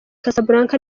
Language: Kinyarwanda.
casablanca